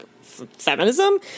feminism